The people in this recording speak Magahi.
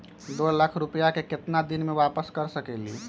दो लाख रुपया के केतना दिन में वापस कर सकेली?